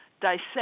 dissect